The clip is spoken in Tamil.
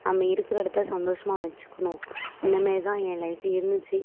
நம்ம இருக்கிற இடத்த சந்தோஷமாக வச்சுக்கணும் இந்த மேரி தான் ஏன் லைஃபு இருந்துச்சு